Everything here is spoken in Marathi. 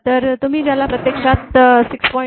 तर तुम्ही ज्याला प्रत्यक्षात 6